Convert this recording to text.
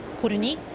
ko roon-hee,